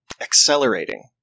accelerating